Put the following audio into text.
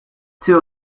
two